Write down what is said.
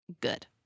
good